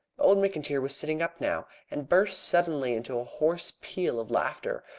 old mcintyre was sitting up now, and burst suddenly into a hoarse peal of laughter,